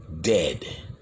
dead